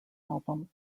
album